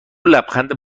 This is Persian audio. لبخند